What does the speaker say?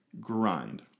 Grind